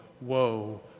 woe